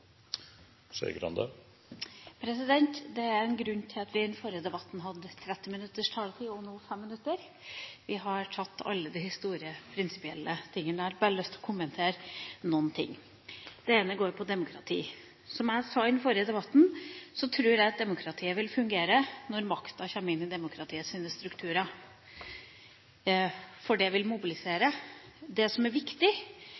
en grunn til at vi i den forrige debatten hadde 30 minutters taletid, og i denne debatten 5 minutter. Vi har tatt opp alle de store, prinsipielle temaene. Jeg har bare lyst til å kommentere noen ting. Det ene gjelder demokrati. Som jeg sa i den forrige debatten, tror jeg at demokratiet vil fungere når makten kommer inn i demokratiets strukturer, for det vil